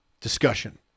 discussion